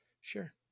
Sure